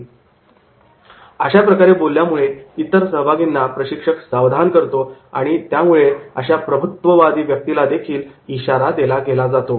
' अशाप्रकारे बोलल्यामुळे इतर सहभागींना प्रशिक्षक सावधान करतो आणि त्यामुळे अशा प्रभुत्ववादी व्यक्तीला देखील इशारा दिला गेला जातो